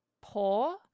poor